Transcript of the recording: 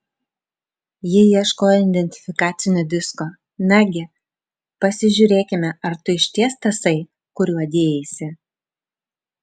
ji ieškojo identifikacinio disko nagi pasižiūrėkime ar tu išties tasai kuriuo dėjaisi